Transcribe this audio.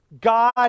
God